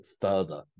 further